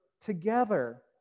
Together